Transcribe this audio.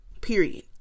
period